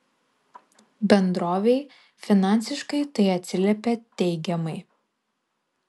bendrovei finansiškai tai atsiliepė teigiamai